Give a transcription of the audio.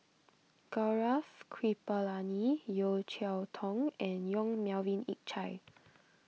Gaurav Kripalani Yeo Cheow Tong and Yong Melvin Yik Chye